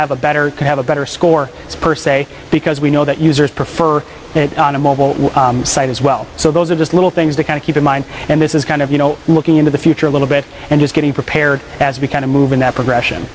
have a better have a better score per se because we know that users prefer it on a mobile site as well so those are just little things to kind of keep in mind and this is kind of you know looking into the future a little bit and just getting prepared as we kind of move in that progression